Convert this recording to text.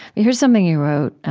here's something you wrote